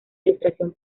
ilustración